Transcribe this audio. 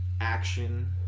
action